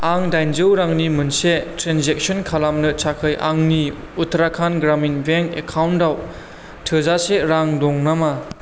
आं दाइनजौ रांनि मोनसे ट्रेनजेक्सन खालामनो थाखाय आंनि उत्राकान्ड ग्रामिन बेंक एकाउन्टाव थोजासे रां दं नामा